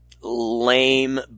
lame